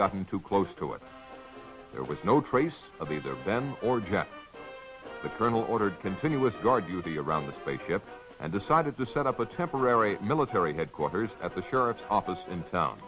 gotten too close to it there was no trace of either then or jack the colonel ordered continuous guard duty around the spaceship and decided to set up a temporary military headquarters at the sheriff's office in town